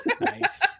Nice